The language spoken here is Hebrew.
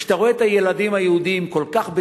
וכשאתה רואה את הילדים היהודים כל כך בטוחים,